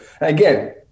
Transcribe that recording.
again